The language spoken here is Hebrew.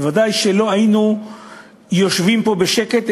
בוודאי לא היינו יושבים פה בשקט,